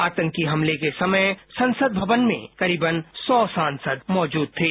आतंकी हमले के समय संसद भवन में करीबन सौ सांसद मौजूद थे